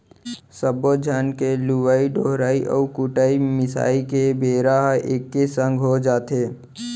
सब्बे झन के लुवई डोहराई अउ कुटई मिसाई के बेरा ह एके संग हो जाथे